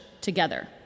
together